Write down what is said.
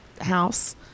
house